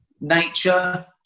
nature